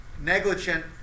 Negligent